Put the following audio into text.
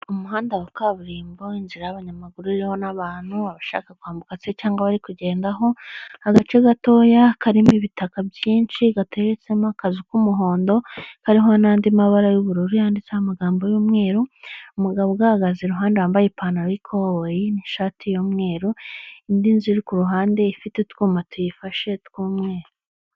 Umuhanda wa kaburimbo, inzira y’abanyamaguru iriho n’abantu bashaka kwambuka cyangwa bari kugendaho. Agace gatoya karimo ibitaka byinshi gateretsemo akazu k’umuhondo, naho n’andi mabara y’ubururu yanditseho amagambo y’umweru. Umugabo uhagaze iruhande wambaye ipantaro koboyi n’ishati y’umweru. Indi nzu iri ku ruhande ifite utwuma tuyifashe tw’umweru.